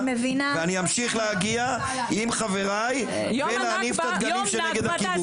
ואני אמשיך להגיע עם חבריי ולהניף את הדגלים שנגד הכיבוש.